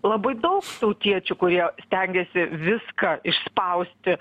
labai daug tautiečių kurie stengiasi viską išspausti